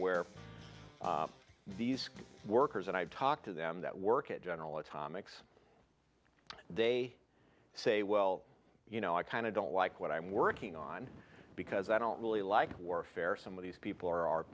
where these workers and i've talked to them that work at general atomics they say well you know i kind of don't like what i'm working on because i don't really like warfare some of these people are